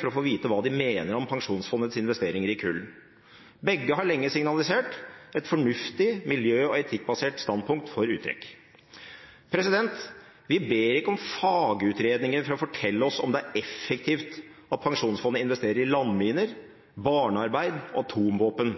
for å få vite hva de mener om Pensjonsfondets investeringer i kull. Begge har lenge signalisert et fornuftig miljø- og etikkbasert standpunkt for uttrekk. Vi ber ikke om fagutredninger for å fortelle oss om det er effektivt at Pensjonsfondet investerer i landminer, barnearbeid og atomvåpen.